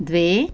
द्वे